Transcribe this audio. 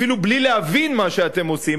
אפילו בלי להבין מה שאתם עושים,